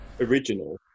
original